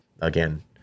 again